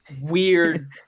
weird